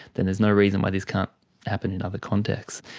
then there's no reason why this can't happen in other contexts.